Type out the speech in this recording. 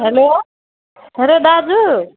hello hello दाजु